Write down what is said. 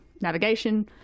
navigation